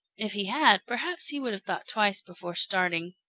if he had, perhaps he would have thought twice before starting.